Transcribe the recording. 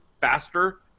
faster